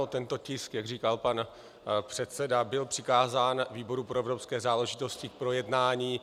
Tento tisk, jak říkal pan předseda, byl přikázán výboru pro evropské záležitosti k projednání.